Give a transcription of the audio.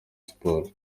sports